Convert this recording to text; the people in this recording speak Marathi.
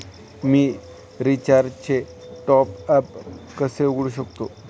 मी रिचार्जचे टॉपअप कसे बघू शकतो?